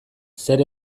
zer